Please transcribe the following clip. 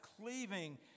cleaving